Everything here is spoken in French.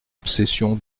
obsession